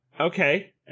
Okay